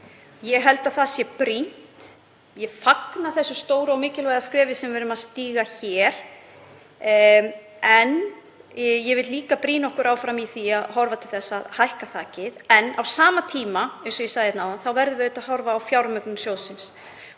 Ég held að það sé brýnt. Ég fagna því stóra og mikilvæga skrefi sem við erum að stíga hér og vil líka brýna okkur áfram í því að horfa til þess að hækka þakið. En á sama tíma, eins og ég sagði áðan, verðum við að horfa á fjármögnun sjóðsins.